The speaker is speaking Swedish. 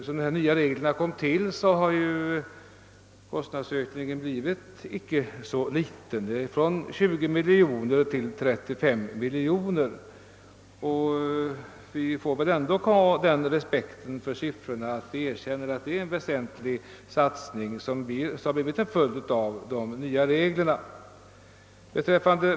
Efter det att de nya reglerna trätt i kraft, har kostnadsökningen blivit icke så liten, nämligen från 20 miljoner till 39 miljoner kronor. Vi måste väl ändå ha den respekten för siffrorna att vi erkänner att det är en väsentlig satsning som blir följden av de nya reglerna.